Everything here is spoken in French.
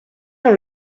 dans